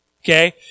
okay